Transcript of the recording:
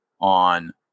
on